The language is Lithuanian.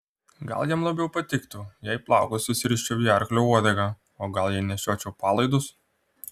gal jam labiau patiktų jei plaukus susiriščiau į arklio uodegą o gal jei nešiočiau palaidus